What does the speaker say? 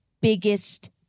biggest